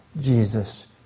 Jesus